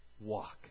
Walk